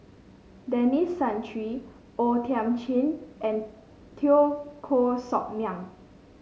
Denis Santry O Thiam Chin and Teo Koh Sock Miang